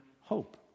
hope